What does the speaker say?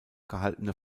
gehaltene